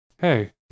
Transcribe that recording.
hey